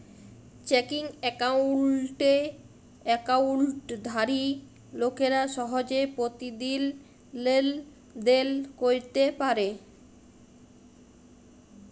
checking একাউল্টে একাউল্টধারি লোকেরা সহজে পতিদিল লেলদেল ক্যইরতে পারে